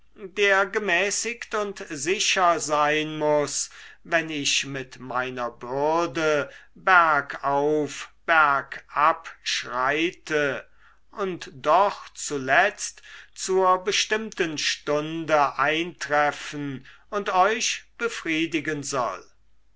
der gemäßigt und sicher sein muß wenn ich mit meiner bürde bergauf bergab schreite und doch zuletzt zur bestimmten stunde eintreffen und euch befriedigen soll